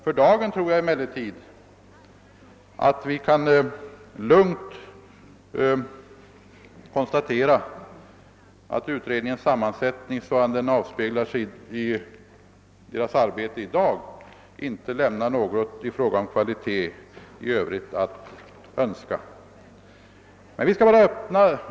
För dagen tror jag emellertid att vi lugnt kan konstatera att utredningens sammansättning inte lämnar något övrigt att önska i fråga om kvalitet.